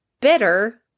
bitter